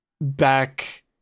back